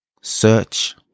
search